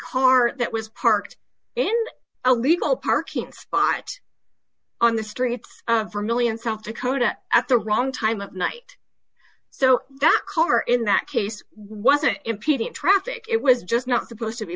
car that was parked in a legal parking spot on the streets for a one million south dakota at the wrong time of night so that corner in that case wasn't impeding traffic it was just not supposed to be